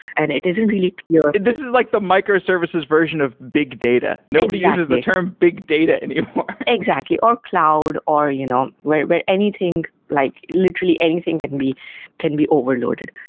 and it isn't really this is like the microservices version of big data. nobody uses the term big data and anymore exactly, or cloud, or you know where where anything, like literally anything can be can be overloaded.